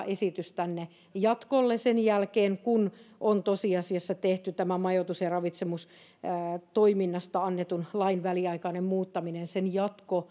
esitys tänne jatkolle sen jälkeen kun on tosiasiassa tehty tämän majoitus ja ravitsemustoiminnasta annetun lain väliaikainen muuttaminen siinä